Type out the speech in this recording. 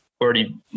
already